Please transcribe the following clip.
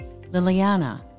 Liliana